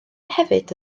hefyd